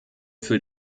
für